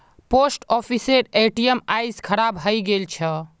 post ऑफिसेर ATM आइज खराब हइ गेल छ